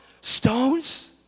stones